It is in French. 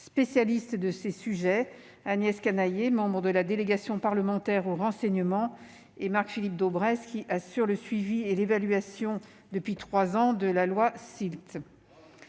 spécialistes de ces sujets- Agnès Canayer, membre de la délégation parlementaire au renseignement, et Marc-Philippe Daubresse, qui assure le suivi et l'évaluation depuis trois ans de la loi SILT.